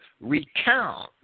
recount